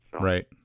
right